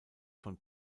von